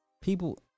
people